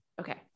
okay